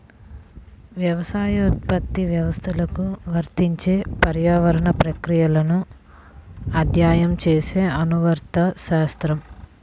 వ్యవసాయోత్పత్తి వ్యవస్థలకు వర్తించే పర్యావరణ ప్రక్రియలను అధ్యయనం చేసే అనువర్తిత శాస్త్రం